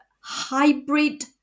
hybrid